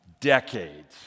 decades